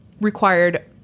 required